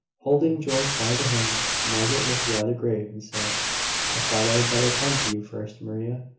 holding george by the hand. margaret looked rather grave, and said i thought i had better come to you first, maria,